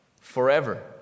forever